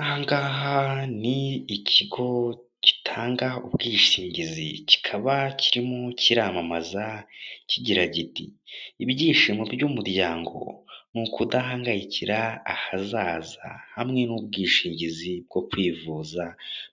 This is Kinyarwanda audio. Ahangaha ni ikigo gitanga ubwishingizi, kikaba kirimo kiramamaza kigira kiti: Ibyishimo by'umuryango ni ukudahangayikira ahazaza hamwe n'ubwishingizi bwo kwivuza